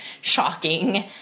shocking